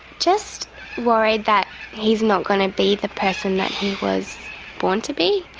just worried that he's not going to be the person that he was born to be,